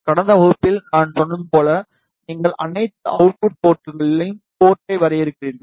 கடந்த வகுப்பில் நான் சொன்னது போலவே நீங்கள் அனைத்து அவுட்புட் போர்ட்களிலும் போர்ட்டை வரையறுக்கிறீர்கள்